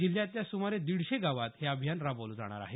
जिल्ह्यातल्या सुमारे दीडशे गावात हे अभियान राबवलं जाणार आहे